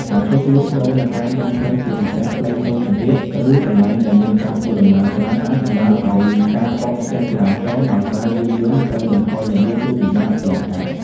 ការឈប់លក់ដូរនៅតាមដងផ្លូវ ជាពិសេសផ្លូវតូចចង្អៀត ឬកន្លែងដែលមានការធ្វើដំណើរច្រើន អាចបណ្ដាលឲ្យ ការកកស្ទះចរាចរណ៍ ដោយសារយានយន្តត្រូវបន្ថយល្បឿន ឬពិបាកឆ្លងកាត់។